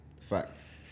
Facts